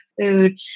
food